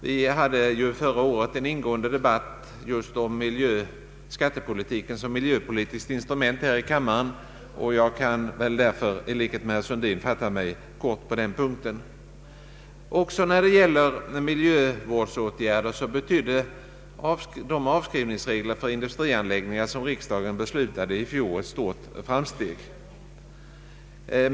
Vi hade förra året en ingående debatt i kammaren om skattepolitiken som miljöpolitiskt instrument, och jag kan därför i likhet med herr Sundin nu fatta mig kort på den punkten. Också i fråga om miljövårdsåtgärder betydde de avskrivningsregler för industrianläggningar, som riksdagen beslutade i fjol, ett stort framsteg.